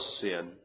sin